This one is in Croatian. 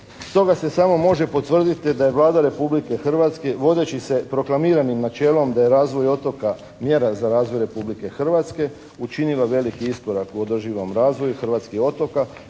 Stoga se može samo potvrditi da je Vlada Republike Hrvatske vodeći se proklamiranim načelom da je razvoj otoka mjera za razvoj Republike Hrvatske učinila veliki iskorak u održivom razvoju hrvatskih otoka